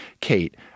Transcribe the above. kate